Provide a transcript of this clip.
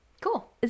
Cool